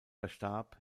verstarb